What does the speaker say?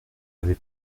avez